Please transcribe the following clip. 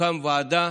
תוקם ועדה,